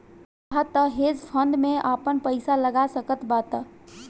तू चाहअ तअ हेज फंड में आपन पईसा लगा सकत बाटअ